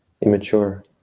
immature